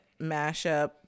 mashup